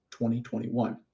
2021